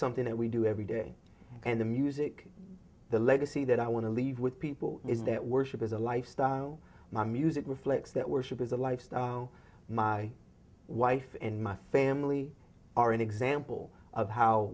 something that we do every day and the music the legacy that i want to leave with people is that worship is a lifestyle my music reflects that worship is a lifestyle my wife and my family are an example of how